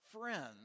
friends